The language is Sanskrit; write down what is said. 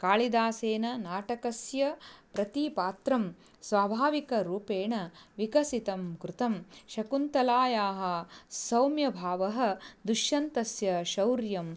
कालिदासेन नाटकस्य प्रतिपात्रं स्वाभाविकरूपेण विकसितं कृतं शकुन्तलायाः सौम्यभावः दुश्यन्तस्य शौर्यं